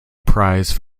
prize